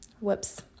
Whoops